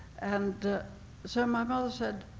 and so my mother said,